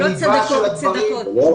בליבה של הדברים.